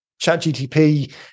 ChatGTP